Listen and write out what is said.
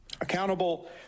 accountable